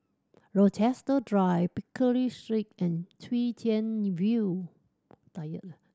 Rochester Drive Pickering Street and Chwee Chian View